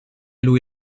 lui